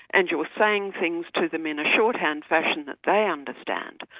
and you're saying things to them in a shorthand fashion that they understand,